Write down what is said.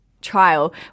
trial